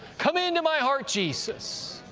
come into my heart, jesus!